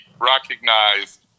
recognized